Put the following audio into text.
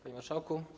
Panie Marszałku!